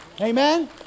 Amen